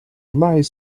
lies